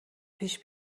پیش